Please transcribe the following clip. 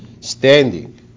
standing